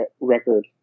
record